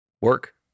work